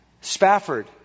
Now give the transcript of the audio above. Spafford